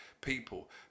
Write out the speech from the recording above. people